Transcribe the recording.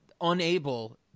unable